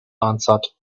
answered